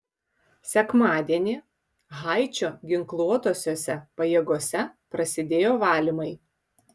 sekmadienį haičio ginkluotosiose pajėgose prasidėjo valymai